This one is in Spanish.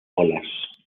olas